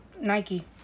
Nike